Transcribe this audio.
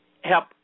help